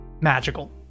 magical